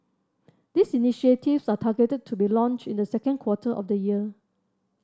these initiatives are targeted to be launched in the second quarter of the year